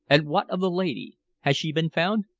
and what of the lady? has she been found?